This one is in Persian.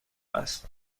است